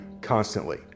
constantly